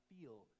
feel